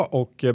och